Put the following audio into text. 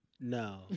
No